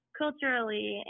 culturally